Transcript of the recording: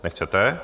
Nechcete.